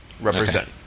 Represent